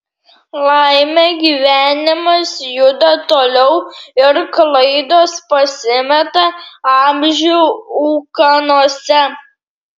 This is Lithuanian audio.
laimė gyvenimas juda toliau ir klaidos pasimeta amžių ūkanose